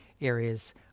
areas